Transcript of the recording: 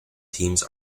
teams